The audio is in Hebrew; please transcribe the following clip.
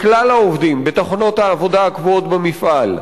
לכלל העובדים בתחנות העבודה הקבועות במפעל.